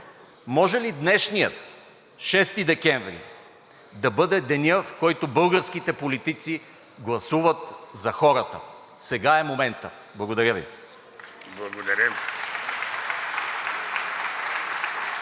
Може ли днешният 6 декември да бъде денят, в който българските политици гласуват за хората? Сега е моментът! Благодаря Ви.